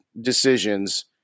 decisions